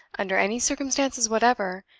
under any circumstances whatever,